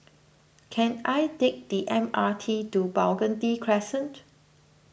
can I take the M R T to Burgundy Crescent